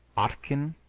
ottchen?